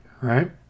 Right